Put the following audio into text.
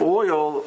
oil